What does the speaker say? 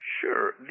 Sure